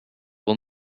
will